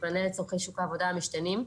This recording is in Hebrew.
כמענה לצרכי שוק העבודה המשתנים.